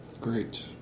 Great